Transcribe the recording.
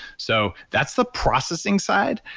so that's the processing side,